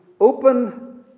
Open